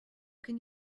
can